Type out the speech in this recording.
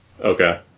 Okay